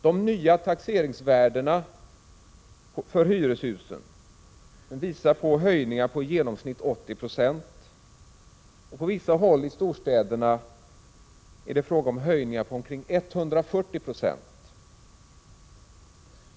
De nya taxeringsvärdena för hyreshusen visar på höjningar med i genomsnitt 80 96, och på vissa håll i storstäderna är det fråga om höjningar på omkring 140 96.